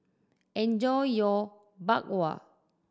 enjoy your Bak Kwa